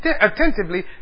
attentively